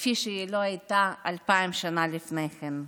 כפי שהיא לא הייתה אלפיים שנה לפני כן.